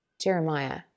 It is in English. Jeremiah